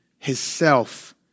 Hisself